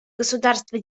государства